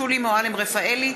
שולי מועלם-רפאלי,